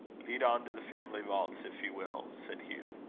lead on to the family vaults, if you will, said hugh.